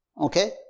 Okay